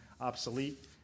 obsolete